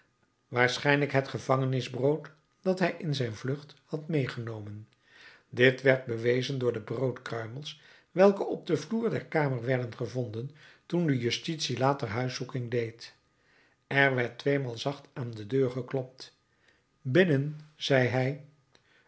waarschijnlijk het gevangenisbrood dat hij in zijn vlucht had meegenomen dit werd bewezen door de broodkruimels welke op den vloer der kamer werden gevonden toen de justitie later huiszoeking deed er werd tweemaal zacht aan de deur geklopt binnen zeide hij